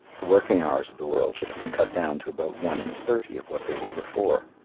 the working hours of the world should have been cut down to about one in thirty of what they were before.